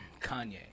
Kanye